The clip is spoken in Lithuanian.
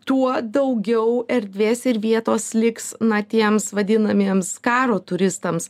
tuo daugiau erdvės ir vietos liks na tiems vadinamiems karo turistams